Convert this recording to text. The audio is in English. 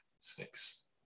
six